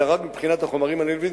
אלא רק מבחינת החומרים הנלווים.